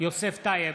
יוסף טייב,